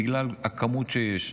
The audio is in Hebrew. בגלל הכמות שיש.